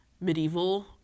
medieval